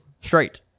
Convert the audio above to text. Straight